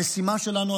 המשימה שלנו,